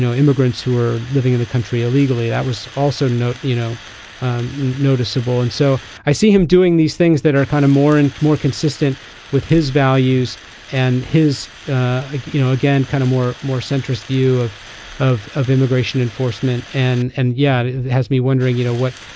immigrants who are living in the country illegally. that was also note you know noticeable and so i see him doing these things that are kind of more and more consistent with his values and his ah you know again kind of more more centrist view of of of immigration enforcement. and and yet it has me wondering you know what.